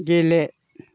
गेले